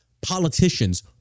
politicians